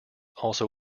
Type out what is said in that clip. also